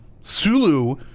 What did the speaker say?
Sulu